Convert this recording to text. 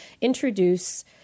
introduce